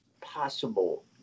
possible